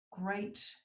great